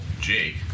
Jake